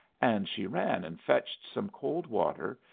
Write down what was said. and she ran and fetched some cold water,